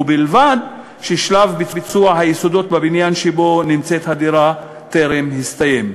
ובלבד ששלב ביצוע היסודות בבניין שבו הדירה נמצאת טרם הסתיים.